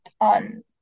on